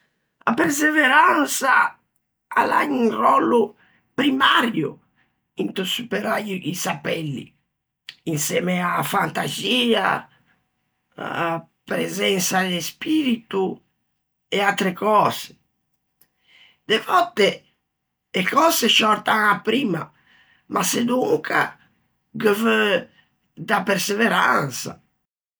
A perseveransa a l'à un ròllo primmäio into superâ i sappelli, insemme a-a fantaxia, a-a presensa de spirito, e atre cöse. De vòtte e cöse sciòrtan a-a primma, ma sedonca ghe veu perseveransa.